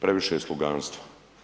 Previše je sluganstva.